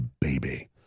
baby